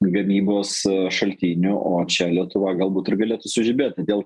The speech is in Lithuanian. gamybos šaltinių o čia lietuva galbūt ir galėtų sužibėti todėl